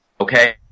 okay